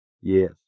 Yes